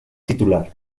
titular